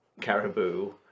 Caribou